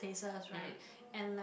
mm